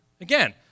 Again